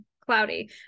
Cloudy